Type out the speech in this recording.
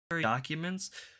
documents